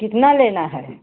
कितना लेना है